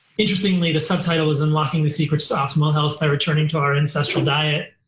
interestingly the subtitle is unlocking the secrets to optimal health by returning to our ancestral diet